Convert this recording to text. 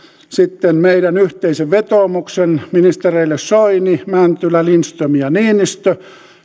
meidän yhteisen vetoomuksemme ministereille soini mäntylä lindström ja niinistö